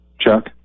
Chuck